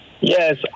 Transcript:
yes